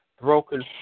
broken